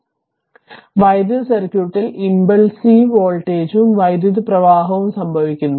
അതിനാൽ വൈദ്യുത സർക്യൂട്ടിൽ ഇമ്പൾസിവ് വോൾട്ടേജും വൈദ്യുത പ്രവാഹവും സംഭവിക്കുന്നു